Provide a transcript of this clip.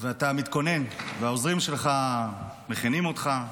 ואתה מתכונן, והעוזרים שלך מכינים אותך,